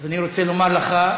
אז אני רוצה לומר לך,